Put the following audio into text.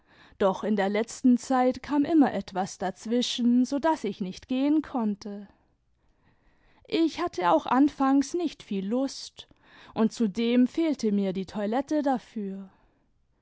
doch in der letzten zeit kam immer etwas dazwischen so daß ich nicht gehen konnte ich hatte auch anfangs nicht viel lust und zudem fehlte mir die toiliette dafür